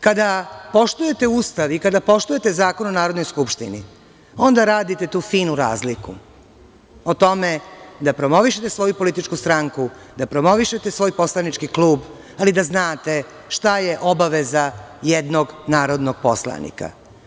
Kada poštujete Ustav i kada poštujete Zakon o narodnoj skupštini, onda radite tu finu razliku, o tome da promovišete svoju političku stranku, da promovišete svoj poslanički klub, ali da znate šta je obaveza jednog narodnog poslanika.